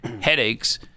headaches